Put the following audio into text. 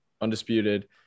Undisputed